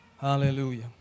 Hallelujah